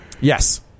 Yes